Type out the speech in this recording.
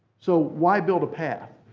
so why build a path?